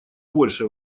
больше